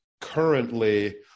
currently